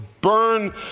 burn